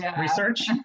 research